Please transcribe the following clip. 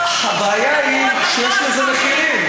הבעיה היא שיש לזה מחיר,